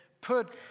put